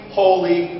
holy